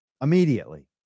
immediately